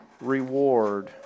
reward